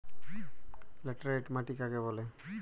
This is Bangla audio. লেটেরাইট মাটি কাকে বলে?